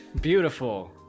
Beautiful